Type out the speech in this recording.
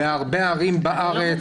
בהרבה ערים בארץ